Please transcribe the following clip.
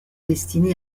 destiné